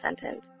sentence